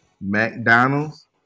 McDonald's